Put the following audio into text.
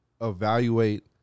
evaluate